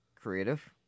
creative